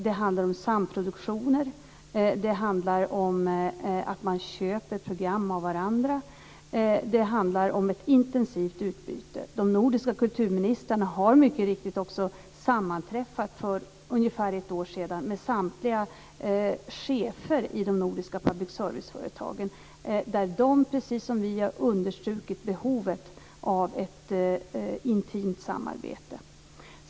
Det handlar om samproduktioner och om att man köper program av varandra. Det handlar om ett intensivt utbyte. De nordiska kulturministrarna har mycket riktigt också sammanträffat för ungefär ett år sedan med samtliga chefer i de nordiska public serviceföretagen. De, precis som vi, har understrukit behovet av ett intimt samarbete.